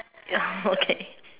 oh okay